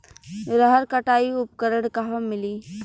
रहर कटाई उपकरण कहवा मिली?